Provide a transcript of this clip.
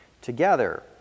together